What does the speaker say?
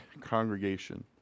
congregation